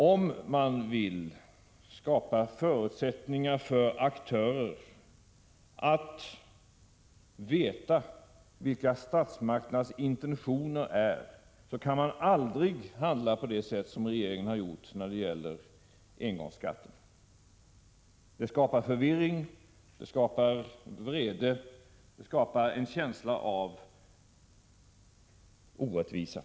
Om man vill skapa förutsättningar för aktörer att veta vilka statsmakternas intentioner är, kan man aldrig handla på det sätt som regeringen har gjort när det gäller engångsskatten. Det skapar förvirring, det skapar vrede och det skapar en känsla av orättvisa.